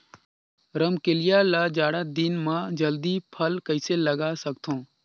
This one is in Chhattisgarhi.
रमकलिया ल जाड़ा दिन म जल्दी फल कइसे लगा सकथव?